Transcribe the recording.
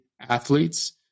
athletes